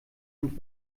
und